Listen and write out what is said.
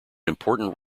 important